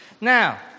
Now